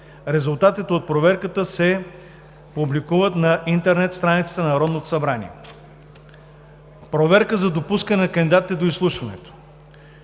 Резултатите от проверката се публикуват на интернет страницата на Народното събрание. IV. Проверка за допускане на кандидатите до изслушване 1.